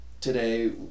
today